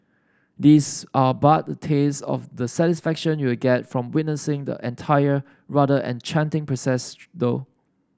these are but a taste of the satisfaction you'll get from witnessing the entire rather enchanting process though